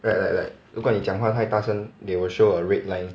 like like like 如果你讲话太大声 they will show a red line